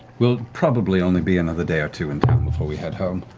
we'll probably only be another day or two in town before we head home.